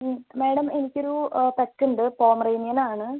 ഉം മേഡം എനിക്കൊരു പെറ്റ് ഉണ്ട് പോമറേനിയൻ ആണ്